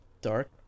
dark